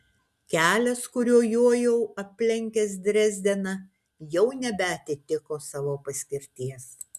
kelias kuriuo jojau aplenkęs drezdeną jau nebeatitiko savo paskirties